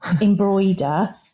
embroider